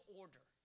order